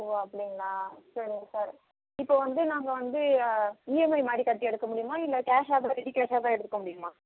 ஓ அப்படிங்களா சரிங்க சார் இப்போ வந்து நாங்கள் வந்து இஎம்ஐ மாதிரி கட்டி எடுக்க முடியுமா இல்லை கேஷாக ரெடி கேஷாக தான் எடுத்துக்க முடியுமா